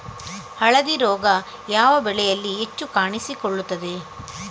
ಹಳದಿ ರೋಗ ಯಾವ ಬೆಳೆಯಲ್ಲಿ ಹೆಚ್ಚು ಕಾಣಿಸಿಕೊಳ್ಳುತ್ತದೆ?